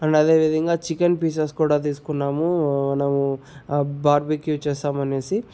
and అదేవిధంగా chicken pieces కూడా తీసుకున్నాము మనము బార్బిక్యూ చేస్తామనేసి